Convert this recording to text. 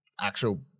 actual